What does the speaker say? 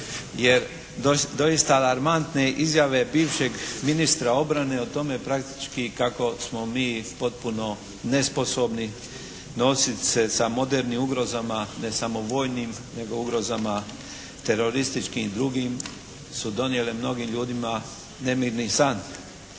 jer doista alarmantne izjave bivšeg ministra obrane o tome praktički kako smo mi potpuno nesposobni nositi se sa modernim ugrozama, ne samo vojnim nego ugrozama terorističkim i drugim su donijele mnogim ljudima nemirni san.